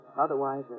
Otherwise